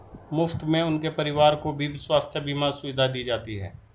मुफ्त में उनके परिवार को भी स्वास्थ्य बीमा सुविधा दी जाती है